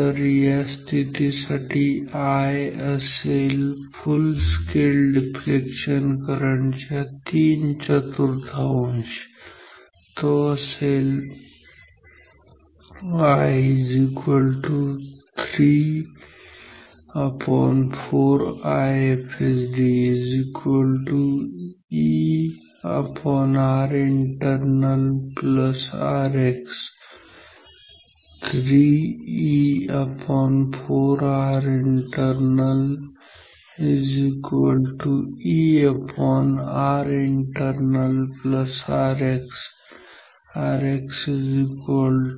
तर या स्थितीसाठी I असेल फुल स्केल डिफ्लेक्शन करंट च्या तीन चतुर्थांश आणि तो असेल I 3 IFSD4 𝐸𝑅𝑖𝑛𝑡𝑒𝑟𝑛𝑎𝑙 Rx 3𝐸4 𝑅𝑖𝑛𝑡𝑒𝑟𝑛𝑎𝑙𝐸𝑅𝑖𝑛𝑡𝑒𝑟𝑛𝑎𝑙 Rx Rx 13